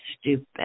stupid